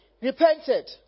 repented